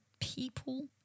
people